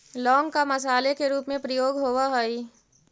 लौंग का मसाले के रूप में प्रयोग होवअ हई